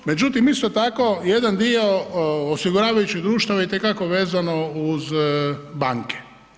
Međutim, isto tako jedan dio osiguravajućih društava i te kako vezano uz banke.